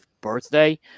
birthday